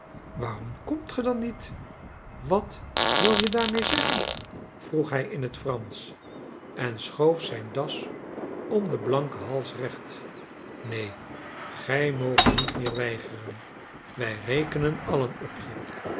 waarom komt ge dan niet wat wil je daarmede zeggen vroeg hij in het fransch en schoof zijn das om den blanken hals terecht neen gij moogt niet meer weigeren wij rekenen allen op je